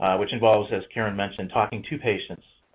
which involves, as caren mentioned, talking to patients.